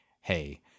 hey